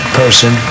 person